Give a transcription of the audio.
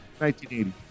1980